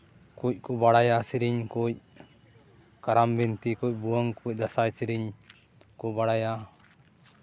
ᱚᱱᱟ ᱠᱩᱡ ᱠᱚ ᱵᱟᱲᱟᱭᱟ ᱥᱮᱨᱮᱧ ᱠᱩᱡ ᱠᱟᱨᱟᱢ ᱵᱤᱱᱛᱤ ᱠᱩᱡ ᱵᱷᱩᱣᱟᱹᱝ ᱠᱚ ᱫᱟᱸᱥᱟᱭ ᱥᱮᱨᱮᱧ ᱠᱚ ᱵᱟᱲᱟᱭᱟ